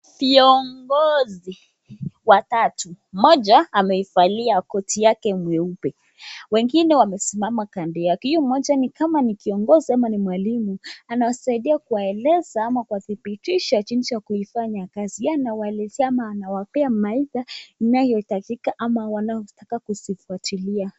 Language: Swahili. Viongozi watatu, mmoja amevalia koti yake mweupe. Wengine wamesimama kando yake, hio mmoja nikama ni kiongozi ama ni mwalimu anawasaidia kuwaeleza ama kuwa dhibitisha jinsi ya kuifanya kazi. Ye anawaelezea ama anawapea maisha mnayoitajika ama wanaotaka kuzifuatilia.